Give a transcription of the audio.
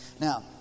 Now